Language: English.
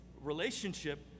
relationship